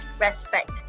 Respect